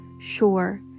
sure